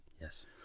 Yes